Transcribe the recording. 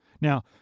Now